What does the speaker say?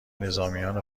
نظامیان